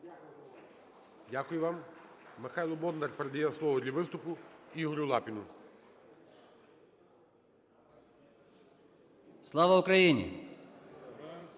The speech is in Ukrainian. Дякую вам. Михайло Бондар передає слово для виступу Ігорю Лапіну. 10:34:26